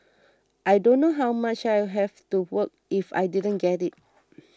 I don't know how much I would have to work if I didn't get it